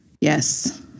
yes